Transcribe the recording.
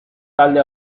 talde